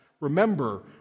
remember